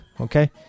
okay